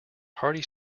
hearty